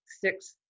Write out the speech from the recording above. six